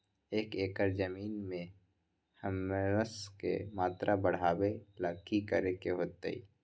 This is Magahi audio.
एक एकड़ जमीन में ह्यूमस के मात्रा बढ़ावे ला की करे के होतई?